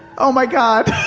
oh my god